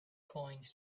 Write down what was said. coins